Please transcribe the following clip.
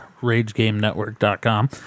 RageGameNetwork.com